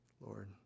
Lord